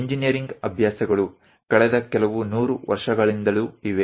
engineering ಅಭ್ಯಾಸಗಳು ಕಳೆದ ಕೆಲವು ನೂರು ವರ್ಷಗಳಿಂದಲೂ ಇವೆ